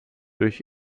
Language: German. durch